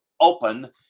open